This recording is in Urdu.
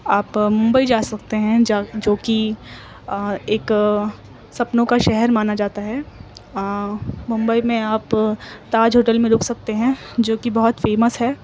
آپ ممبئی جا سکتے ہیں جو کہ ایک سپنوں کا شہر مانا جاتا ہے ممبئی میں آپ تاج ہوٹل میں رک سکتے ہیں جو کہ بہت فیمس ہے